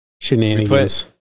shenanigans